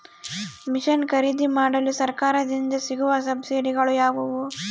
Mission ಖರೇದಿಮಾಡಲು ಸರಕಾರದಿಂದ ಸಿಗುವ ಸಬ್ಸಿಡಿಗಳು ಯಾವುವು?